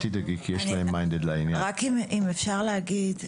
אני רק רוצה להגיד משהו.